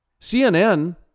CNN